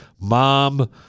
mom